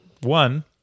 one